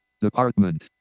department